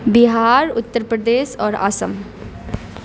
بہار اتر پردیس اور آسم